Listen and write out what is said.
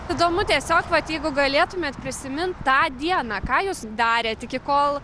įdomu tiesiog vat jeigu galėtumėt prisimint tą dieną ką jūs darėt iki kol